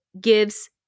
gives